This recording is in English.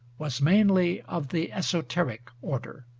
was mainly of the esoteric order.